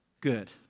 good